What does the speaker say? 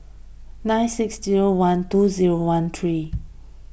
nine six zero one two zero one three